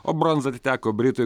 o bronza atiteko britui